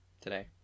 today